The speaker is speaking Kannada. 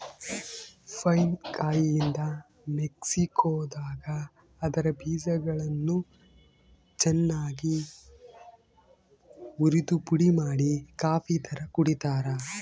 ಪೈನ್ ಕಾಯಿಯಿಂದ ಮೆಕ್ಸಿಕೋದಾಗ ಅದರ ಬೀಜಗಳನ್ನು ಚನ್ನಾಗಿ ಉರಿದುಪುಡಿಮಾಡಿ ಕಾಫಿತರ ಕುಡಿತಾರ